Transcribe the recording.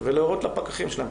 ולהורות לפקחים שלהם,